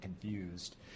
confused